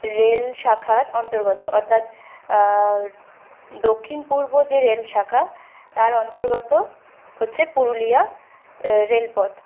rail শাখার অন্তর্গত অর্থাৎ দক্ষিণ পূর্ব যে রেল শাখা তার অন্তর্গত হচ্ছে পুরুলিয়া রেল পথ